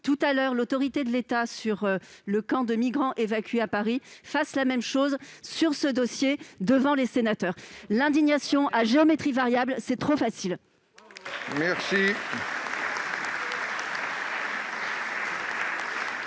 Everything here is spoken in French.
avec force l'autorité de l'État sur le camp de migrants évacué à Paris, fasse de même concernant ce dossier, devant les sénateurs. L'indignation à géométrie variable, c'est trop facile !